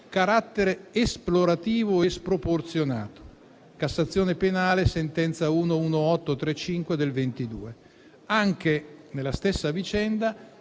carattere esplorativo e sproporzionato (Cassazione penale, sentenza n. 11835 del 2022; anche, nella stessa vicenda,